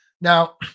now